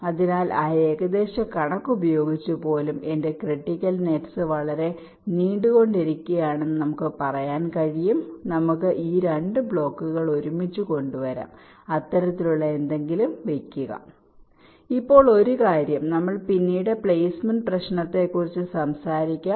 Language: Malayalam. അതിനാൽ ആ ഏകദേശ കണക്ക് ഉപയോഗിച്ച് പോലും എന്റെ ക്രിട്ടിക്കൽ നെറ്റ് വളരെ നീണ്ടുകൊണ്ടിരിക്കുകയാണെന്ന് നമുക്ക് പറയാൻ കഴിയും നമുക്ക് ഈ 2 ബ്ലോക്കുകൾ ഒരുമിച്ച് കൊണ്ടുവരാം അത്തരത്തിലുള്ള എന്തെങ്കിലും അടുത്ത് വയ്ക്കുക ഇപ്പോൾ ഒരു കാര്യം നമ്മൾ പിന്നീട് പ്ലേസ്മെന്റ് പ്രശ്നത്തെക്കുറിച്ച് സംസാരിക്കും